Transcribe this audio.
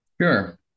sure